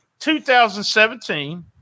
2017